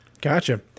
Gotcha